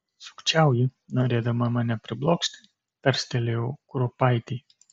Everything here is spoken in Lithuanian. sukčiauji norėdama mane priblokšti tarstelėjau kruopaitei